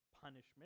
punishment